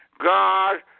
God